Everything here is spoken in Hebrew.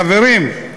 חברים,